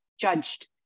judged